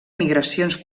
migracions